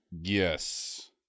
Yes